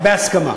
ובהסכמה.